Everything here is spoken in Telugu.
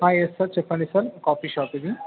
ఎస్ సార్ చెప్పండి సార్ కాఫీ షాప్ ఇది